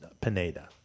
Pineda